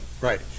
right